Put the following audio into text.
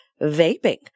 vaping